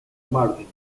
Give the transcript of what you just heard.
martins